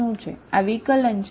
આ વિકલન છે અગાઉ